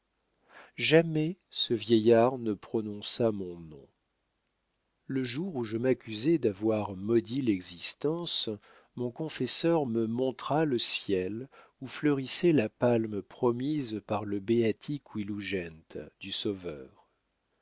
jamais ce vieillard ne prononça mon nom le jour où je m'accusai d'avoir maudit l'existence mon confesseur me montra le ciel où fleurissait la palme promise par le beati qui lugent du sauveur